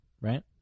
Right